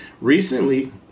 recently